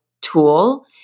tool